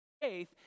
Faith